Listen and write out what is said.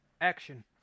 action